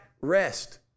rest